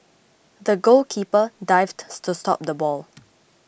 the goalkeeper dived to stop the ball